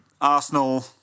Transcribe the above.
Arsenal